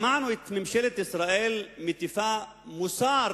שמענו את ממשלת ישראל מטיפה מוסר